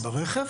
את ברכב?